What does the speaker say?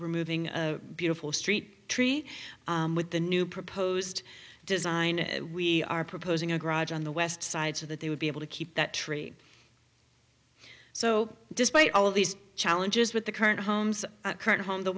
removing a beautiful street tree with the new proposed design we are proposing a garage on the west side so that they would be able to keep that tree so despite all of these challenges with the current homes current home the